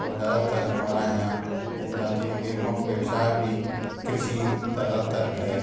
और ज़्यादातर हमारा यहाँ जनजातियों के मुख्य व्यवसाय भी कृषि ज़्यादातर है